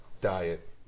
diet